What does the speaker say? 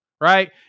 right